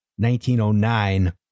1909